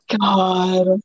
God